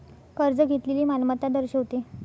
कर्ज घेतलेली मालमत्ता दर्शवते